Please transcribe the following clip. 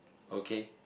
okay